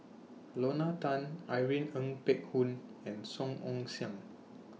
Lorna Tan Irene Ng Phek Hoong and Song Ong Siang